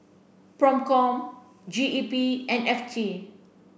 PROCOM G E P and F T